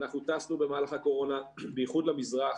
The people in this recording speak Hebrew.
אנחנו טסנו במהלך הקורונה, בייחוד למזרח.